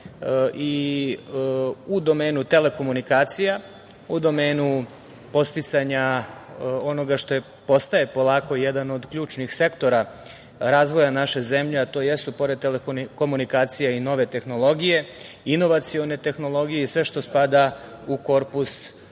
i u domenu telekomunikacija, u domenu podsticanja onoga što je, postaje polako jedan od ključnih sektora razvoja naše zemlje, a to jesu pored telekomunikacija i nove tehnologije, inovacione tehnologije i sve što spada u korpus tih